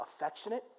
affectionate